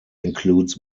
includes